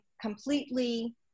completely